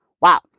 Wow